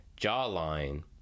Jawline